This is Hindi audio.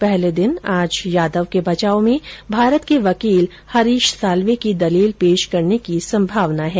पहले दिन आज यादव के बचाव में भारत के वकील हरीश साल्वे की दलील पेश करने की संभावना है